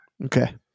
Okay